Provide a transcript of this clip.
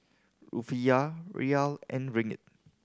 Rufiyaa Riyal and Ringgit